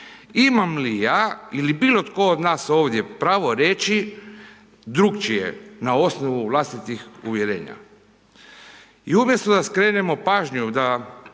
imam li ja ili bilo tko od nas ovdje pravo reći, drugačije, na osnovu vlastitih uvjerenja. I umjesto da skrenemo pažnju, da